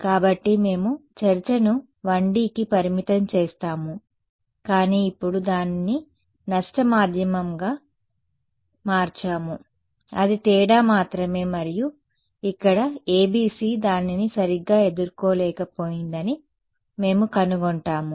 కాబట్టి మేము చర్చను 1Dకి పరిమితం చేస్తాము కానీ ఇప్పుడు దానిని నష్ట మాధ్యమంగా మార్చాము అది తేడా మాత్రమే మరియు ఇక్కడ ABC దానిని సరిగ్గా ఎదుర్కోలేక పోయిందని మేము కనుగొంటాము